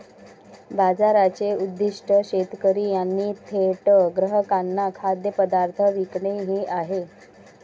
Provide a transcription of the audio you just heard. बाजाराचे उद्दीष्ट शेतकरी यांनी थेट ग्राहकांना खाद्यपदार्थ विकणे हे आहे